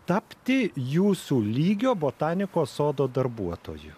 tapti jūsų lygio botanikos sodo darbuotoju